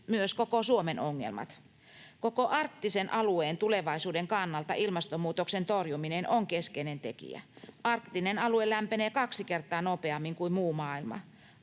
myös koko Suomen ongelmat. Koko arktisen alueen tulevaisuuden kannalta ilmastonmuutoksen torjuminen on keskeinen tekijä. Arktinen alue lämpenee kaksi kertaa nopeammin kuin muu maailma.